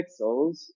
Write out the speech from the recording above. pixels